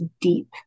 deep